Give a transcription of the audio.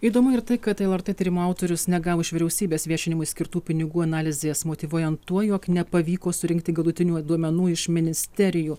įdomu ir tai kad lrt tyrimo autorius negavo iš vyriausybės viešinimui skirtų pinigų analizės motyvuojant tuo jog nepavyko surinkti galutinių duomenų iš ministerijų